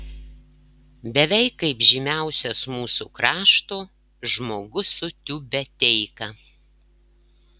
beveik kaip žymiausias mūsų krašto žmogus su tiubeteika